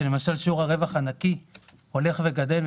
ששיעור הרווח הנקי הולך וגדל,